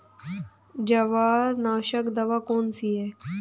जवारनाशक दवा कौन सी है?